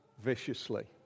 viciously